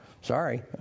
sorry